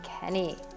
Kenny